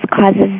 causes